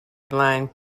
blind